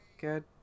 good